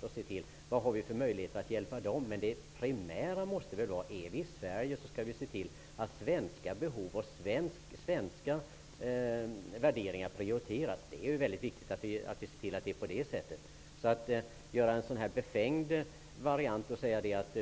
Det skall undersökas vilka möjligheter vi har att hjälpa dem, men det primära måste vara att svenska behov och svensk värdering priorieras. Det är viktigt att vi ser till att det blir på det sättet. Tanken